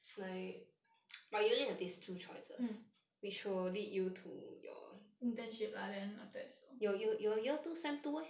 mm internship lah then after that so